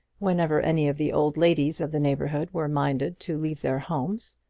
whenever any of the old ladies of the neighbourhood were minded to leave their homes.